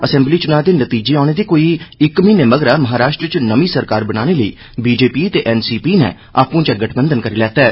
assembly चुनां दे नतीजे औने दे कोई म्हीने मगरा महाराष्ट्र च नर्मी सरकार बनाने लेई बी जे पी ते एन सी पी नै आपूं चै गठबंधन करी लैता ऐ